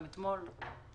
גם אתמול.